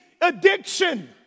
addiction